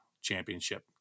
championship